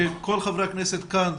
כל חברי הכנסת כאן,